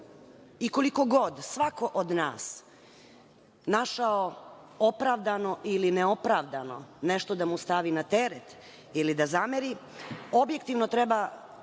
Koliko god, svako od nas našao opravdano ili ne opravdano nešto da mu stavi na teret ili da zameri, objektivno treba